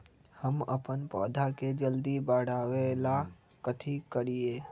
हम अपन पौधा के जल्दी बाढ़आवेला कथि करिए?